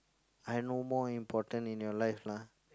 I no more important in your life lah